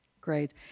Great